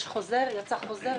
יצא חוזר?